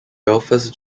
belfast